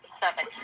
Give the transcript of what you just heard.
seven